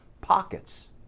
pockets